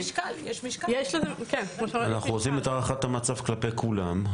אנחנו עושים את הערכת המצב כלפי כולם.